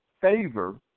favor